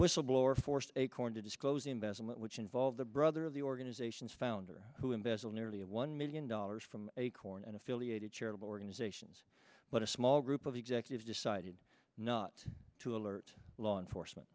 whistleblower forced acorn to disclose investment which involved the brother of the organizations founder who embezzle nearly a one million dollars from acorn and affiliated charitable organizations but a small group of executives decided not to alert law enforcement